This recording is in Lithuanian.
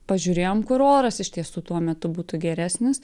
pažiūrėjom kur oras iš tiesų tuo metu būtų geresnis